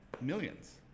millions